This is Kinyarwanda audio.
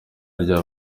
rya